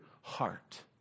heart